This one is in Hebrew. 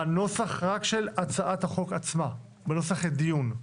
בנוסח רק של הצעת החוק עצמה, בנוסח דיון.